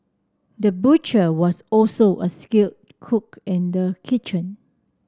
the butcher was also a skilled cook in the kitchen